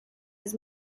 his